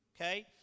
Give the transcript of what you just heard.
Okay